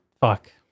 fuck